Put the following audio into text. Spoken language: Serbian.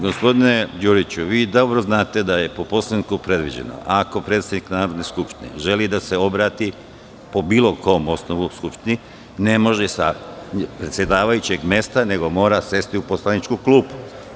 Gospodine Đuriću, dobro znate da je po Poslovniku predviđeno da ako predsednik Narodne skupštine želi da se obrati po bilo kom osnovu Skupštini, ne može sa mesta predsedavajućeg, nego mora sesti u poslaničku klupu.